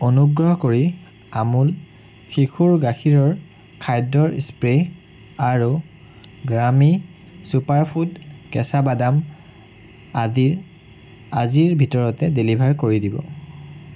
অনুগ্ৰহ কৰি আমুল শিশুৰ গাখীৰৰ খাদ্যৰ স্প্ৰে আৰু গ্ৰামী চুপাৰফুড কেঁচা বাদাম আজিৰ ভিতৰতে ডেলিভাৰ কৰি দিব